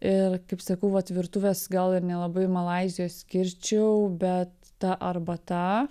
ir kaip sakau vat virtuvės gal ir nelabai ir malaizijos skirčiau bet ta arbata